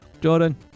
Jordan